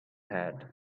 had